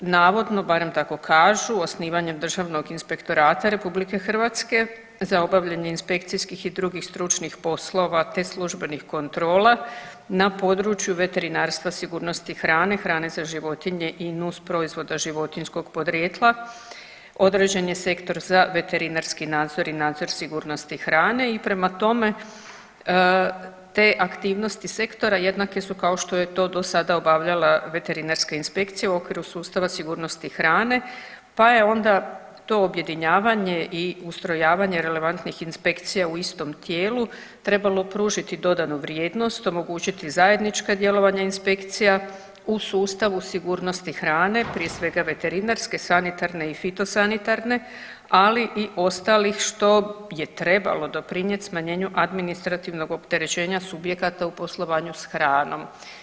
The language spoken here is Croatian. Navodno, barem tako kažu osnivanjem Državnog inspektorata RH za obavljanje inspekcijskih i drugih stručnih poslova te službenih kontrola na području veterinarstva, sigurnosti hrane, hrane za životnije i nusproizvoda životinjskog podrijetla određen je sektor za veterinarski nadzor i nadzor sigurnosti hrane i prema tome te aktivnosti sektora jednake su kao što je to dosada obavljala veterinarska inspekcija u okviru sustav sigurnosti hrane pa je onda to objedinjavanje i ustrojavanje relevantnih inspekcija u istom tijelu trebalo pružiti dodanu vrijednost, omogućiti zajednička djelovanja inspekcija u sustavu sigurnosti hrane prije svega veterinarske, sanitarne i fitosanitarne, ali i ostalih što je trebalo doprinijeti smanjenju administrativnog opterećenja subjekata u poslovanju s hranom.